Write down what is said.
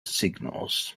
signals